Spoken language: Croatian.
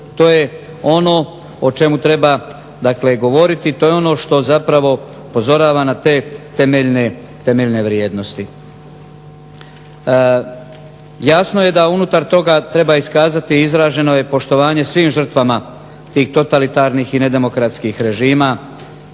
to je ono o čemu treba dakle govoriti, to je ono što zapravo upozorava na te temeljne vrijednosti. Jasno je da unutar toga treba iskazati izraženo je poštovanje svim žrtvama tih totalitarnih i nedemokratskih režima